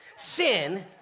Sin